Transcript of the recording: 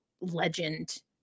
legend